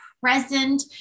present